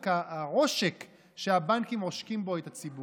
בבקשה, אדוני.